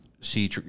see